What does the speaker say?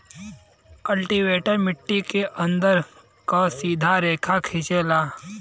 cultivator मट्टी के अंदर एक सीधा रेखा खिंचेला